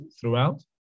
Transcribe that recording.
throughout